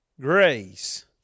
grace